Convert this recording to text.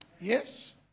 Yes